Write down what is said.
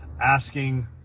asking